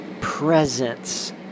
presence